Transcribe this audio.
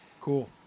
Cool